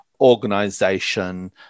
organization